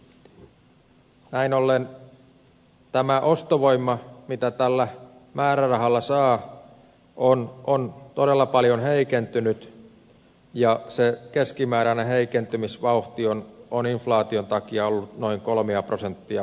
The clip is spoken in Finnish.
näin ollen tämä ostovoima mitä tällä määrärahalla saa on todella paljon heikentynyt ja se keskimääräinen heikentymisvauhti on inflaation takia ollut noin kolmea prosenttia vuodessa